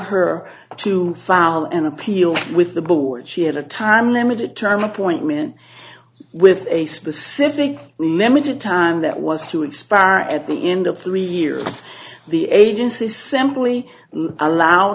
her to file an appeal with the board she had a time limited term appointment with a specific limited time that was to expire at the end of three years the agency simply allow